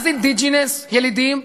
מה זה indigenes, ילידים?